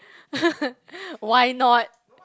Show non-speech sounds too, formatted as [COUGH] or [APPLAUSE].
[LAUGHS] why not